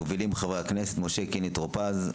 מובילים: חברי הכנסת משה קינלי טור-פז,